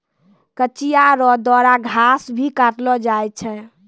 कचिया रो द्वारा घास भी काटलो जाय छै